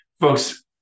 folks